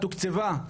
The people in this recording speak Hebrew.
תוקצבה.